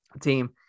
team